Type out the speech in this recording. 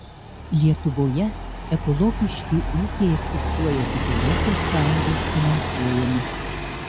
lietuvoje ekologiški ūkiai egzistuoja tik es finansuojami